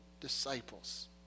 disciples